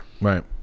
right